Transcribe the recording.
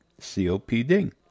COPD